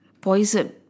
poison